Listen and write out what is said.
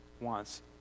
wants